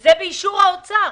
וזה באישור משרד האוצר,